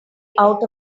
out